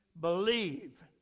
believe